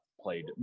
played